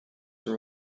are